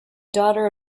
daughter